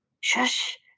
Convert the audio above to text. Shush